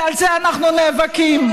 ועל זה אנחנו נאבקים.